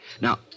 Now